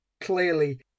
clearly